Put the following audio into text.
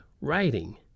writing